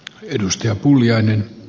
arvoisa puhemies